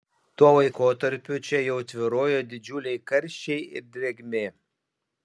tuo laikotarpiu čia jau tvyrojo didžiuliai karščiai ir drėgmė